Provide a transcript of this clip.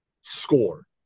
score